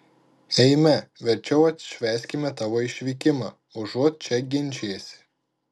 eime verčiau atšvęskime tavo išvykimą užuot čia ginčijęsi